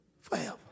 Forever